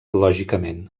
lògicament